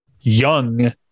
young